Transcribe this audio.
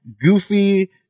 goofy